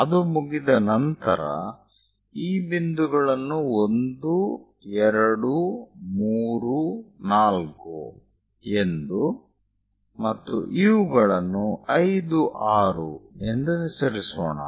ಅದು ಮುಗಿದ ನಂತರ ಈ ಬಿಂದುಗಳನ್ನು 1 2 3 4 ಎಂದು ಮತ್ತು ಇವುಗಳನ್ನು 5 6 ಎಂದು ಹೆಸರಿಸೋಣ